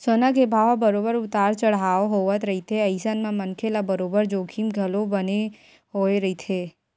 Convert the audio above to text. सोना के भाव ह बरोबर उतार चड़हाव होवत रहिथे अइसन म मनखे ल बरोबर जोखिम घलो बने होय रहिथे